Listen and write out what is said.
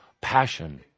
passion